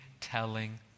telling